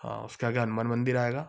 हाँ उसके आगे हनुमान मंदिर आएगा